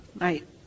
Right